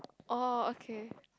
orh okay